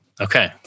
Okay